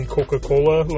Coca-Cola